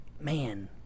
man